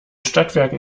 stadtwerken